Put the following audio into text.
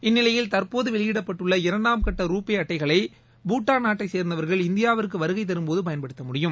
இந்நிலையில் தற்போது வெளியிடப்பட்டுள்ள இரண்டாம் கட்ட ரூபே அட்டைகளை பூட்டான் நாட்டை சேர்ந்தவர்கள் இந்தியாவிற்கு வருகை தரும்போது பயன்படுத்த முடியும்